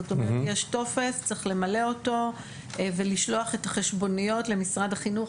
זאת אומרת יש טופס צריך למלא אותו ולשלוח את החשבוניות למשרד החינוך,